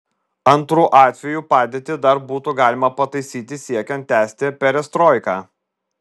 antru atveju padėtį dar būtų galima pataisyti siekiant tęsti perestroiką